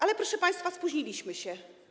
Ale, proszę państwa, spóźniliśmy się.